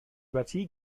partie